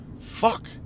Fuck